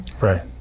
right